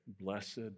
Blessed